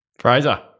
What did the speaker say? fraser